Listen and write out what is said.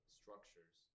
structures